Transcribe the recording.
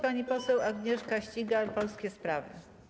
Pani poseł Agnieszka Ścigaj, Polskie Sprawy.